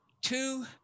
two